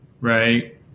right